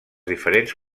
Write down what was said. diferents